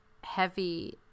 heavy